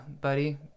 buddy